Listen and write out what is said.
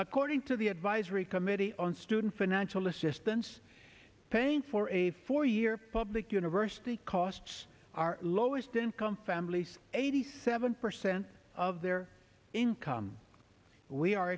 according to the advisory committee on student financial assistance paying for a four year public university costs are lowest income families eighty seven percent of their income we are